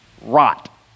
Rot